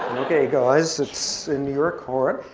ok, guys, that's in your court.